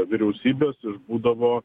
vyriausybės išbūdavo